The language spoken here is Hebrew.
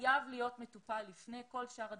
שחייב להיות מטופל לפני כל שאר הדברים,